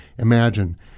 Imagine